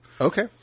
Okay